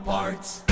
Parts